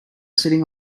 sitting